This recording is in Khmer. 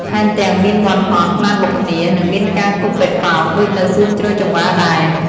ថែមទាំង មានមាន់ហោះ ឡានបុកគ្នា និងមានការគប់ប៉េងប៉ោងដូចនៅសួនជ្រោយចង្វារដែរ។